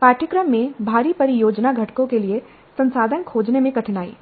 पाठ्यक्रम में भारी परियोजना घटकों के लिए संसाधन खोजने में कठिनाई